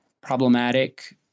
problematic